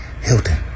Hilton